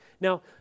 Now